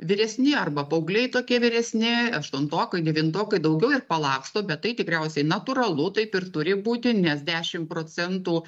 vyresni arba paaugliai tokie vyresni aštuntokai devintokai daugiau ir palaksto bet tai tikriausiai natūralu taip ir turi būti nes dešim procentų